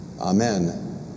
Amen